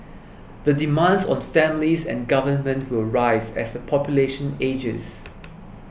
the demands on families and government will rise as the population ages